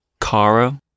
Kara